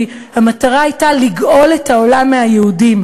כי המטרה הייתה לגאול את העולם מהיהודים.